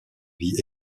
vie